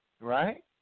right